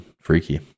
freaky